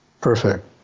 Perfect